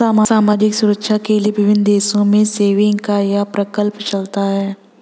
सामाजिक सुरक्षा के लिए विभिन्न देशों में सेविंग्स का यह प्रकल्प चलता है